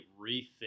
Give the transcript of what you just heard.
rethink